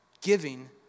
giving